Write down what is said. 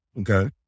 Okay